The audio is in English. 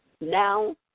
Now